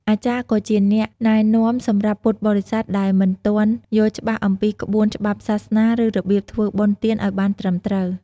អាចារ្យក៏ជាអ្នកណែនាំសម្រាប់ពុទ្ធបរិស័ទដែលមិនទាន់យល់ច្បាស់អំពីក្បួនច្បាប់សាសនា ឬរបៀបធ្វើបុណ្យទានឱ្យបានត្រឹមត្រូវ។